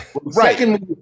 Right